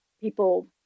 people